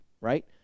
right